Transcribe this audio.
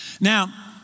Now